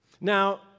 Now